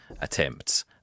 attempts